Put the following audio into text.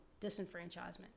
disenfranchisement